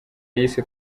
yise